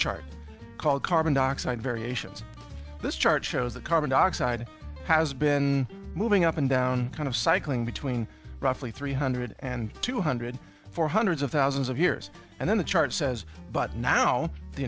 chart called carbon dioxide variations this chart shows the carbon dioxide has been moving up and down kind of cycling between roughly three hundred and two hundred for hundreds of thousands of years and then the chart says but now the